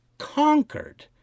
conquered